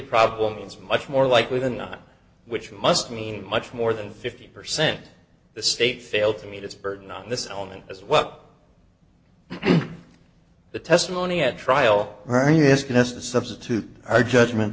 problem is much more likely than not which must mean much more than fifty percent the state failed to meet its burden on this only as well the testimony at trial are you asking us to substitute our judgment